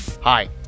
Hi